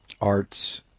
arts